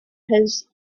his